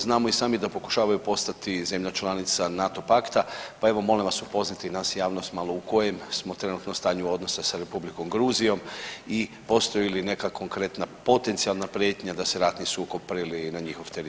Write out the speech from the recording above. Znamo i sami da pokušavaju postati zemlja članica NATO pakta, pa evo molim vas upoznajte i nas i javnost malo u kojem smo trenutno stanju odnosa sa Republikom Gruzijom i postoji li neka konkretna potencijalna prijetnja da se ratni sukob prelije i na njihov teritorij.